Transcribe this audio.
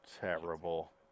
Terrible